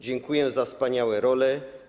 Dziękujemy za wspaniałe role.